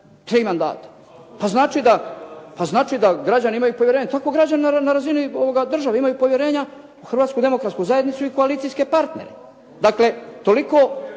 nešto. ... Pa znači da građani imaju povjerenja. Tako građani na razini države imaju povjerenja u Hrvatsku demokratsku zajednicu i koalicijske partnere. Dakle toliko